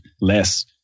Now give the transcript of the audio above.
less